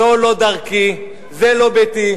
זו לא דרכי, זה לא ביתי.